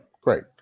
great